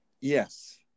Yes